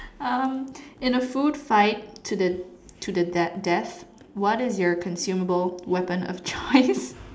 um in a food fight to the to the death death what is your consumable weapon of choice